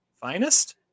finest